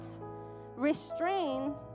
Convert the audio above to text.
restrained